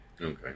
Okay